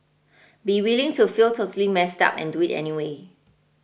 be willing to feel totally messed up and do it anyway